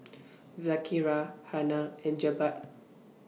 Zakaria Hana and Jebat